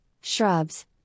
shrubs